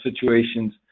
situations